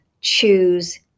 choose